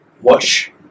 watch